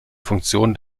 funktion